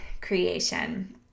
creation